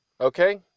Okay